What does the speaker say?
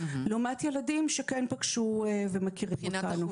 לעומת ילדים שכן פגשו ומכירים אותנו.